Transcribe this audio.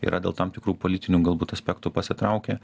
yra dėl tam tikrų politinių galbūt aspektų pasitraukę